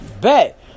Bet